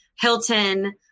Hilton